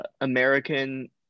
American